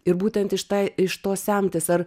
ir būtent iš tai iš to semtis ar